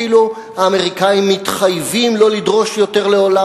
כאילו האמריקנים מתחייבים לא לדרוש יותר לעולם